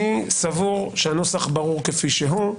אני סבור שהנוסח ברור כפי שהוא.